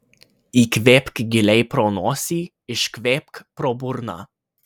įkvėpk giliai pro nosį iškvėpk pro burną